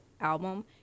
album